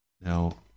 Now